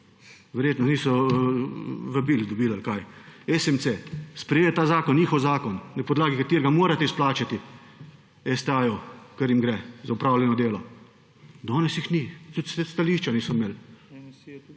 Verjetno niso vabilo dobili ali kaj? SMC sprejeli ta zakon, njihov zakon, na podlagi katerega morate izplačati STA-ju kar jim gre za opravljeno delo. Danes jih ni. Tudi stališča niso imeli.